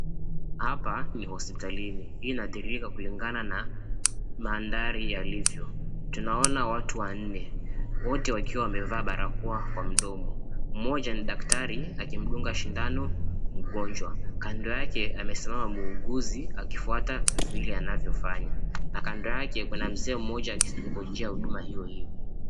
Hapa ni hospitalini, hii inadhirika kulingana na maanthari yalivyo . Tunaona watu wanne. wote wakiwa wamevaa barakoa kwa mdomo . Mmoja ni daktari akimdunga sindano mgonjwa. Kando yake amesimama muuguzi akifuata vile anavyo fanya na kando yake kuna mzee mmoja akingojea huduma hiyohiyo.